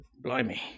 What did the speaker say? Blimey